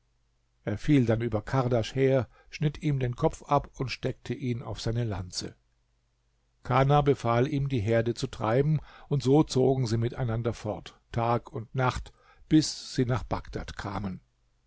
er fiel dann über kardasch her schnitt ihm den kopf ab und steckte ihn auf seine lanze kana befahl ihm die herde zu treiben und so zogen sie miteinander fort tag und nacht bis sie nach bagdad kamen